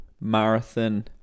marathon